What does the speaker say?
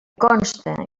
conste